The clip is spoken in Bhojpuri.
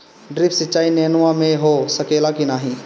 ड्रिप सिंचाई नेनुआ में हो सकेला की नाही?